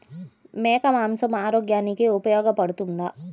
మేక మాంసం ఆరోగ్యానికి ఉపయోగపడుతుందా?